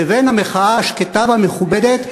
לבין המחאה השקטה והמכובדת,